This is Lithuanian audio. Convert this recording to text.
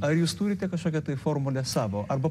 ar jūs turite kažkokią tai formulę savo arba